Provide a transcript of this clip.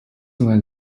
where